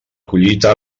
collita